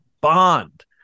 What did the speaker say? Bond